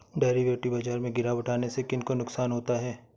Derivative बाजार में गिरावट आने से किन को नुकसान होता है?